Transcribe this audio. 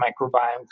microbiome